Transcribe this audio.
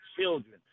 children